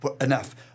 enough